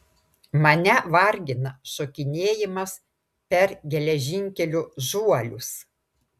mane vargina šokinėjimas per geležinkelio žuolius